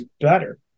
better